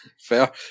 Fair